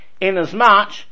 inasmuch